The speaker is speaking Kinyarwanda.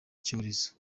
icyorezo